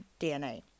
DNA